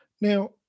Now